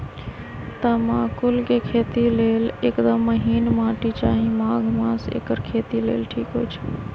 तमाकुल के खेती लेल एकदम महिन माटी चाहि माघ मास एकर खेती लेल ठीक होई छइ